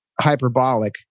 hyperbolic